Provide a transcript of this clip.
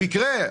במקרה,